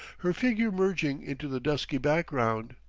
her figure merging into the dusky background,